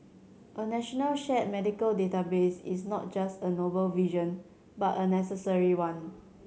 a national shared medical database is not just a noble vision but a necessary one